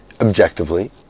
objectively